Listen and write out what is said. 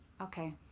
Okay